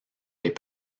les